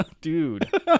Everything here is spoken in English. dude